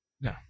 No